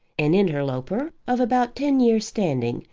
an interloper of about ten years' standing,